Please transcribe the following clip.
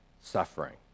suffering